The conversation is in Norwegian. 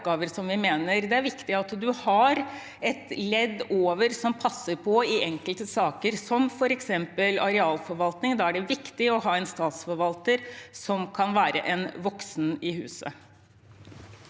det er viktig å ha et ledd over som passer på i enkelte saker. For eksempel når det gjelder arealforvaltning, er det viktig å ha en statsforvalter som kan være en voksen i huset.